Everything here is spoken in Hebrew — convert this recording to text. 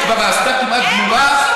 כשהאסדה כבר כמעט גמורה,